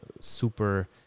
super